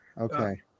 Okay